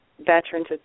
veterans